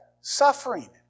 suffering